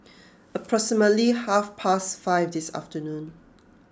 approximately half past five this afternoon